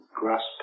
grasp